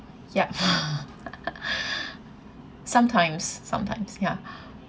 yup sometimes sometimes ya